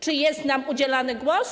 Czy jest nam udzielany głos?